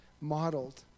modeled